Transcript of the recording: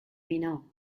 minot